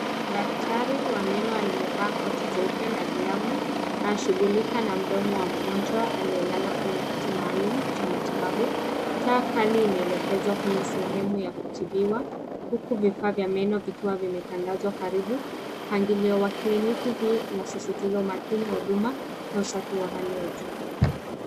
Daktari wa meno aliyevaa koti jeupe na glavu anashungulika na mdomo wa mgonjwa aliyelala kwenye kiti maalum cha matibabu. Taa Kali inaelekezwa kwenye sehemu ya kutibiwa huku vifaa vya meno vikiwa vimetandazwa karibu. Mpangilio wa kliniki hii unasisitiza umakini wa huduma na usafi wa hali ya juu.